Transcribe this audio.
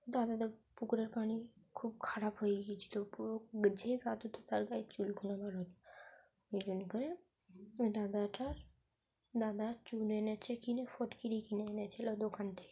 দাদাদের পুকুরের পানি খুব খারাপ হয়ে গিয়েছিল পুরো যে গা ধুতো তার গায়ে চুলকুনি বার হতো ওই জন্য করে ওই দাদাটা দাদা চুন এনেছে কিনে ফিটকিরি কিনে এনেছিল দোকান থেকে